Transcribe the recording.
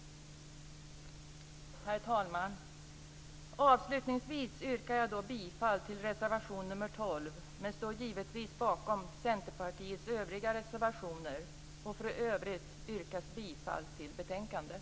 Herr talman! Avslutningsvis yrkar jag bifall till reservation nr 8 men givetvis står jag bakom Centerpartiets övriga reservationer. För övrigt yrkas bifall till hemställan i betänkandet.